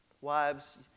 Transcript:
wives